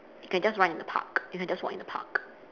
you can just run in the park you can just walk in the park